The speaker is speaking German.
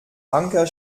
anker